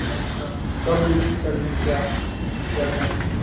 اچھا کب وزٹ کرلیں کیا کیا ٹائمنگ